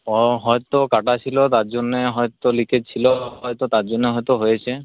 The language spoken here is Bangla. ও হয়তো কাটা ছিলো তার জন্যে হয়তো লিকেজ ছিলো হয়তো তার জন্যে হয়তো হয়েছে